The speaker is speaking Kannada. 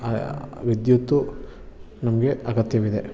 ವಿದ್ಯುತ್ತು ನಮಗೆ ಅಗತ್ಯವಿದೆ